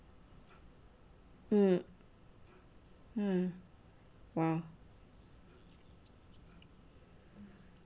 mm hmm !wah!